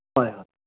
ꯍꯣꯏ ꯍꯣꯏ